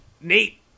Nate